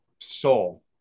Soul